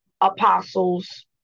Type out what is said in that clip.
apostles